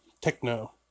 Techno